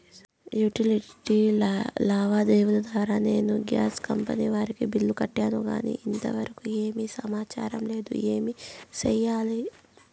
Utility లావాదేవీల ద్వారా నేను గ్యాస్ కంపెని వారి బిల్లు కట్టాను కానీ ఇంతవరకు ఏమి సమాచారం లేదు, ఏమి సెయ్యాలి?